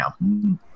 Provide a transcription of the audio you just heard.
now